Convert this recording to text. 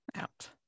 out